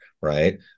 Right